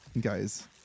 Guys